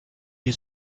les